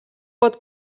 pot